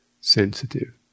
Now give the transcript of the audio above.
sensitive